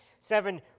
Seven